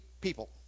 people